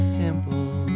simple